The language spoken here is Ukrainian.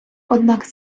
однак